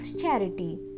Charity